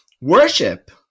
Worship